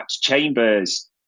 Chambers